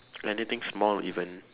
anything small even